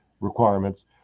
requirements